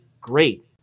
great